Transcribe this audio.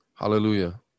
Hallelujah